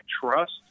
trust